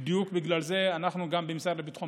בדיוק בגלל זה אנחנו במשרד לביטחון